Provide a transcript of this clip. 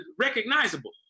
recognizable